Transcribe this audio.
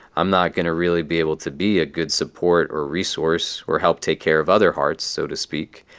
i'm not going to really be able to be a good support or resource or help take care of other hearts, so to speak,